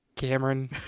Cameron